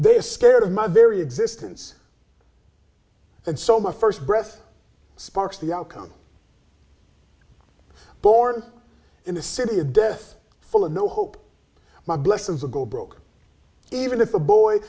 they scared of my very existence and so my st breath sparks the outcome born in the city of death full of no hope my blessings a go broke even if a boy